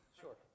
Sure